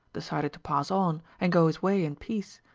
decided to pass on and go his ways in peace,